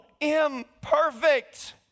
imperfect